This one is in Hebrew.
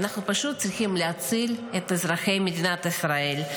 אנחנו פשוט צריכים להציל את אזרחי מדינת ישראל.